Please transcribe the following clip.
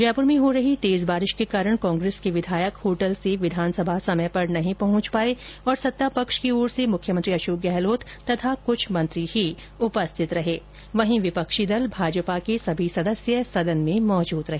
जयपुर में हो रही तेज बारिश के कारण कांग्रेस के विधायक होटल से विधानसभा समय पर नहीं पहुंच पाए और सतापक्ष की ओर से मुख्यमंत्री अशोक गहलोत तथा कृष्ठ मंत्री ही उपस्थित रहे वहीं विपक्षी दल भाजपा के सभी सदस्य सदन में मौजूद रहे